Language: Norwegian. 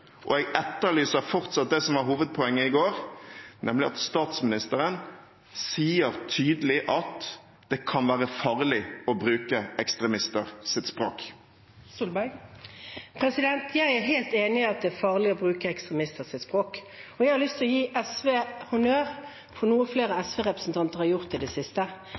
Og jeg etterlyser fortsatt det som var hovedpoenget i går, nemlig at statsministeren sier tydelig at det kan være farlig å bruke ekstremisters språk. Jeg er helt enig i at det er farlig å bruke ekstremisters språk. Og jeg har lyst til å gi SV honnør for noe flere SV-representanter har gjort i det siste.